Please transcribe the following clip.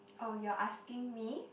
oh you're asking me